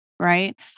Right